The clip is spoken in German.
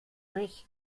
mich